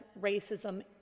racism